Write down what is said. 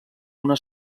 una